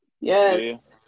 Yes